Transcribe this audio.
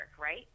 right